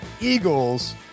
Eagles